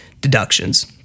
deductions